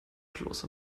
kloß